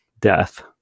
death